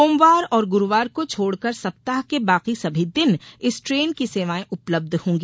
सोमवार और गुरूवार को छोड़कर सप्ताह के बाकी सभी दिन इस ट्रेन की सेवाएं उपलब्ध होंगी